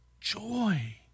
joy